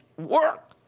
work